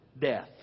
Death